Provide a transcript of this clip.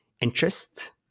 interest